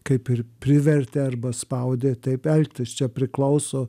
kaip ir privertė arba spaudė taip elgtis čia priklauso